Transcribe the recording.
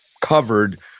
covered